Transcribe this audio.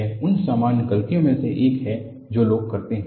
यह उन सामान्य गलतियों में से एक है जो लोग करते हैं